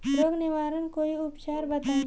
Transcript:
रोग निवारन कोई उपचार बताई?